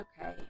Okay